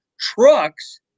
trucks